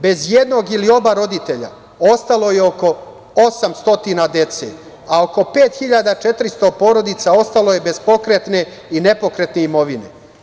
Bez jednog ili oba roditelja ostalo je oko 800 dece, a oko 5.400 porodica ostalo je bez pokretne i nepokretne imovine.